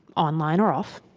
online or off,